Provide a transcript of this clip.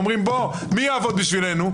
אתם אומרים: מי יעבוד בשבילנו?